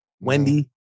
Wendy